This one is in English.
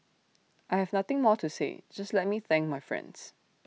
I have nothing more to say just let me thank my friends